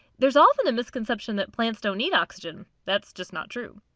there's often a misconception that plants don't need oxygen that's just not true.